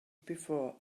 before